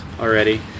already